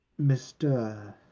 Mr